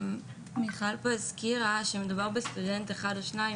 מיכל פה הזכירה שמדובר בסטודנט אחד או שניים,